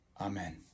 Amen